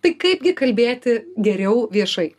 tai kaipgi kalbėti geriau viešai